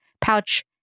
pouch